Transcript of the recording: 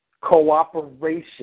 cooperation